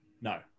No